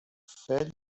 fell